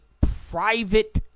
private